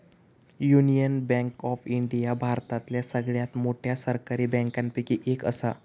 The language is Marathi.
युनियन बँक ऑफ इंडिया भारतातल्या सगळ्यात मोठ्या सरकारी बँकांपैकी एक असा